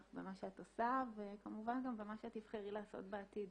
במה שאת עושה וכמובן גם במה שתבחרי לעשות בעתיד.